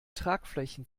tragflächen